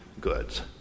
goods